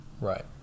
right